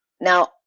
Now